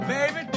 Baby